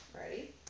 Ready